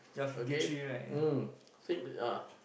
okay mm same ah